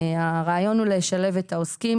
הרעיון הוא לשלב את העוסקים.